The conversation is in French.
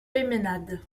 peymeinade